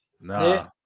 Nah